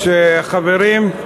חברים,